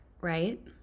right